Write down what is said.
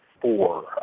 Four